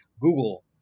Google